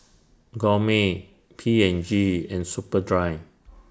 Gourmet P and G and Superdry